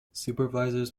supervisors